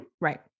right